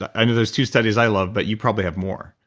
i know there's two studies i love but you probably have more.